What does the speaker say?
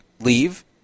leave